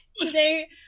Today